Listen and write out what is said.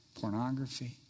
pornography